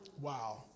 Wow